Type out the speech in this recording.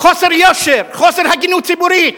חוסר יושר, חוסר הגינות ציבורית.